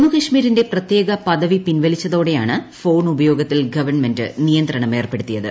ജമ്മുകാശ്മീരിന്റെ പ്രത്യേക പദവി പിൻവലിച്ചതോടെയാണ് ഫോൺ ഉപയോഗത്തിൽ ഗവൺമെന്റ് നിയന്ത്രണം ഏർപ്പെടുത്തിയത്